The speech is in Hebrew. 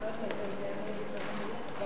חוק לתיקון פקודת העיריות